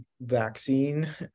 vaccine